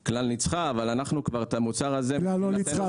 כלל ניצחה --- כלל לא ניצחה,